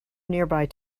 nearby